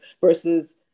versus